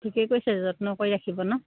ঠিকেই কৈছে যত্ন কৰি ৰাখিব ন